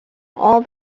all